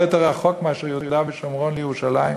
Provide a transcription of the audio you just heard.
יותר רחוק מאשר יהודה ושומרון לירושלים.